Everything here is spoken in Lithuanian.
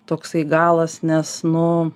toksai galas nes nu